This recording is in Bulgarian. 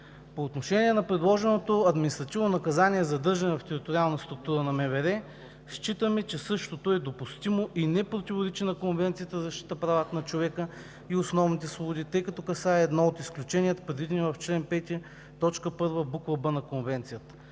„По отношение на предложеното административно наказание „задържане в териториална структура на МВР“, считаме, че същото е допустимо и не противоречи на Конвенцията за защита правата на човека и основните свободи, тъй като касае едно от изключенията, предвидени в чл. 5, т. 1, буква „б“ на Конвенцията.